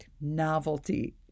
novelty